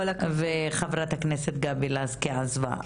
וחברת הכנסת גבי לסקי עזבה.